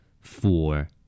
four